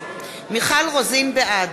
בעד